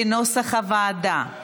כנוסח הוועדה.